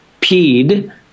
peed